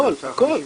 הכול, הכול.